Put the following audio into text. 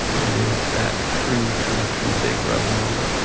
it is that true, true, true, big brother moment.